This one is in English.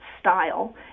style